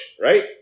right